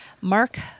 Mark